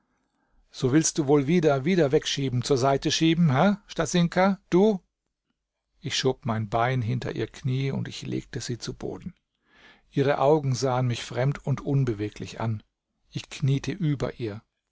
so willst wohl wieder wieder wegschieben zur seite schieben he stasinka du ich schob mein bein hinter ihr knie und legte sie zu boden ihre augen sahen mich fremd und unbeweglich an ich kniete über ihr